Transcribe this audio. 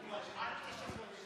צו רישוי עסקים (דחיית מועד לפרסום מפרטים אחידים),